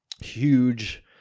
huge